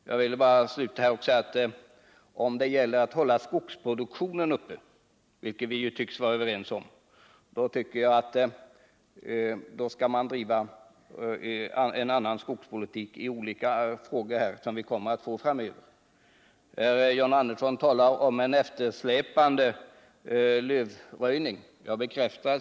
Sedan vill jag säga att om det gäller att hålla skogsproduktionen uppe — vilket vi tycks vara överens om — skall man driva en annan skogspolitik i de olika frågor som vi kommer att få behandla framöver. John Andersson talar om eftersläpande lövröjning.